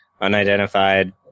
unidentified